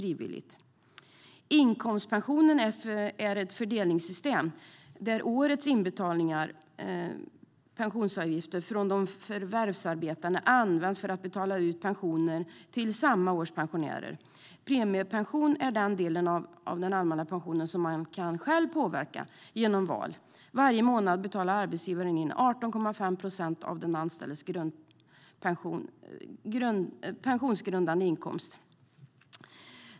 Inkomstpensionen är ett fördelningssystem där årets inbetalningar av pensionsavgifter från förvärvsarbetarna används för att betala ut pensionen till samma års pensionärer. Premiepension är den del av den allmänna pensionen som man själv kan påverka genom att göra val. Varje månad betalar arbetsgivaren in 18,5 procent av de anställdas pensionsgrundande inkomst.